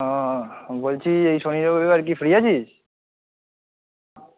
ও বলছি এই শনি রবিবার কি ফ্রি আছিস